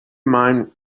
mind